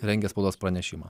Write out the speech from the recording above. rengia spaudos pranešimą